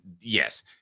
yes